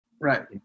Right